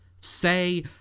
say